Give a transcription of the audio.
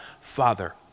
Father